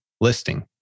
listing